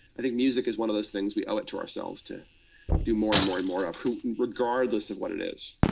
i think music is one of those things, we owe it to ourselves to do more and more and more of, regardless of what it is,